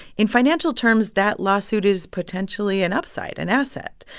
in financial terms, that lawsuit is potentially an upside an asset.